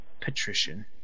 patrician